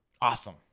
awesome